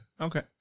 Okay